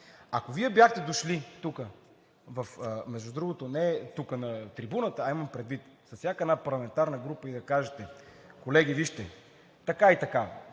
Ако Вие бяхте дошли тук – между другото, не тук, на трибуната, а имам предвид с всяка една парламентарна група и да кажете – колеги, вижте, така и така